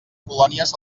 colònies